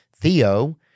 theo